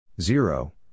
Zero